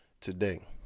today